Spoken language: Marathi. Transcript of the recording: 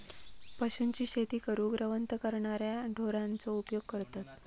पशूंची शेती करूक रवंथ करणाऱ्या ढोरांचो उपयोग करतत